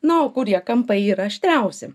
na o kurie kampai yra aštriausi